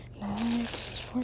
Next